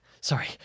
Sorry